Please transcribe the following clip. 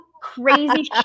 crazy